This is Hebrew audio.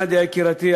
נדיה יקירתי,